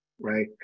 right